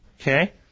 Okay